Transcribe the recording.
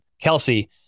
Kelsey